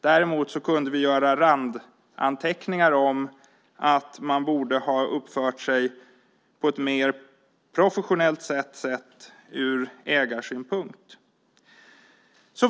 Däremot kunde vi göra randanteckningar om att man borde ha uppfört sig på ett mer professionellt sätt sett ur ägarsynpunkt.